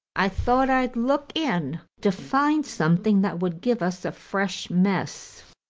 i thought i'd look in to find something that would give us a fresh mess.